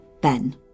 Ben